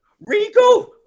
Regal